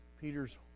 Peter's